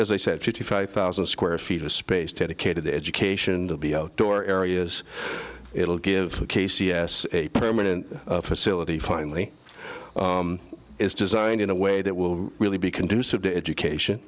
as i said fifty five thousand square feet of space to cater the education to be outdoor areas it'll give k c s a permanent facility finally is designed in a way that will really be conducive to education